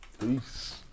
Peace